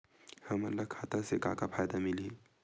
हमन ला खाता से का का फ़ायदा मिलही?